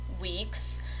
weeks